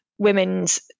Women's